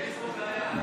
נתקבל.